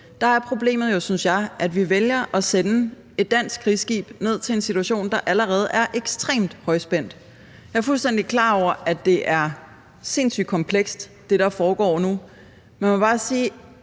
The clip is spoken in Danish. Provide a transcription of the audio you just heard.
er problemet jo, synes jeg, at vi vælger at sende et dansk krigsskib ned til en situation, der allerede er ekstremt højspændt. Jeg er fuldstændig klar over, at det, der foregår nu, er sindssygt komplekst. Men man må bare sige,